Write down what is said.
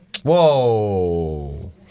Whoa